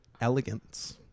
elegance